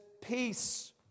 peace